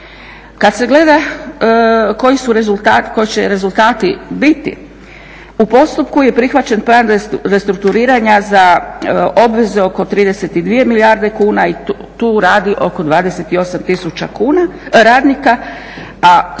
Kad se gleda koji će rezultati biti u postupku je prihvaćen plan restrukturiranja za obveze oko 32 milijarde kuna i tu radi oko 28 000 radnika,